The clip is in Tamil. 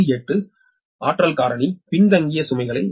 8 பவர் காரணி பின்தங்கிய சுமைகளை 220 13